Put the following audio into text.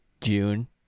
june